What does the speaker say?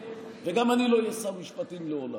וגם אני לא אהיה שר משפטים לעולם,